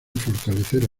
fortalecer